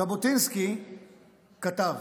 ז'בוטינסקי כתב